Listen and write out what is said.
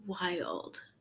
wild